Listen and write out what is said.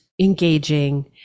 engaging